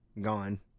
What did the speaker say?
Gone